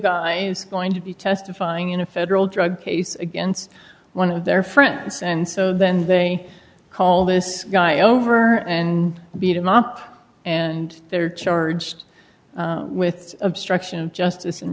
guy is going to be testifying in a federal drug case against one of their friends and so then they call this guy over and beat him up and they're charged with obstruction of justice in